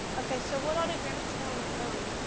okay, so what all did grandma say on the phone?